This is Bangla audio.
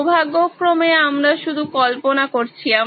সৌভাগ্যক্রমে আমরা শুধু কল্পনা করছি